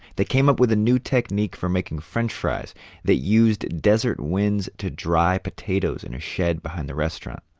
they came up with a new technique for making french fries that used desert winds to dry potatoes in a shed behind the restaurant.